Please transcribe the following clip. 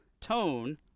tone